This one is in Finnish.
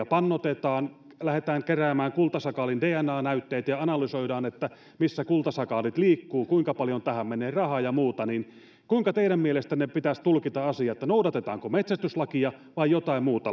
pannoitetaan lähdetään keräämään kultasakaalien dna näytteet ja analysoidaan missä kultasakaalit liikkuvat kuinka paljon tähän menee rahaa ja muuta kuinka teidän mielestänne pitäisi tulkita asiat noudatetaanko metsästyslakia vai jotain muuta